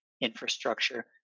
infrastructure